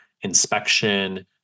inspection